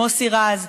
מוסי רז,